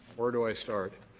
where do i start?